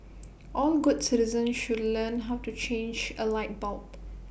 all good citizens should learn how to change A light bulb